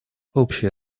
общее